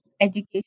education